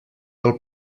del